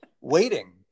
waiting